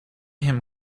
him